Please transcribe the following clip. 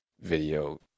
video